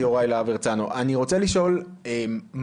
אני רוצה לשאול,